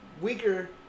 weaker